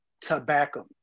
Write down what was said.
tobacco